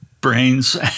brains